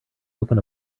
open